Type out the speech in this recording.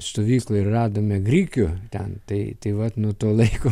stovykloj radome grikių ten tai tai vat nuo to laiko